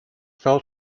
fell